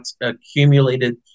accumulated